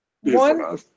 One